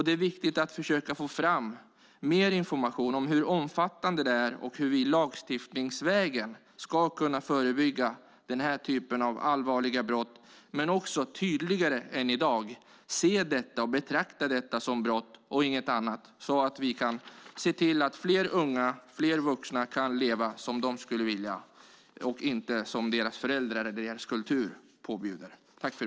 Det är viktigt att försöka få fram mer information om hur omfattande detta är och hur vi lagstiftningsvägen ska kunna förebygga den här typen av allvarliga brott och tydligare än i dag betrakta detta som brott och inget annat, så att vi kan se till att fler unga och fler vuxna kan leva som de skulle vilja och inte som deras föräldrar eller deras kultur påbjuder.